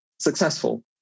successful